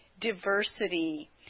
diversity